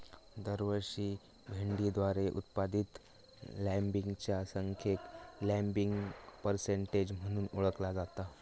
दरवर्षी भेंडीद्वारे उत्पादित लँबिंगच्या संख्येक लँबिंग पर्सेंटेज म्हणून ओळखला जाता